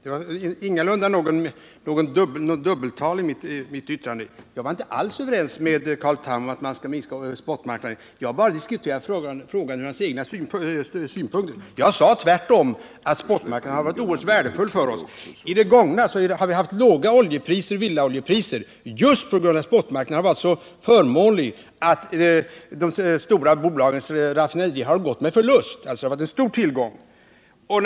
Herr talman! Det var ingalunda något dubbelt tal i mitt yttrande. Jag var inte alls överens med Carl Tham om att man skall minska spot-marknaden. Jag har bara diskuterat frågan ur hans egna synpunkter. Jag sade tvärtom att spot-marknaden har varit oerhört värdefull för oss. Under den tid som gått har vi haft låga priser på villaoljan just på grund av att spot-marknaden varit så förmånlig att de stora bolagens raffinaderier har gått med förlust. Det har alltså varit stor tillgång på olja.